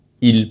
il